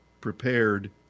prepared